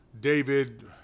David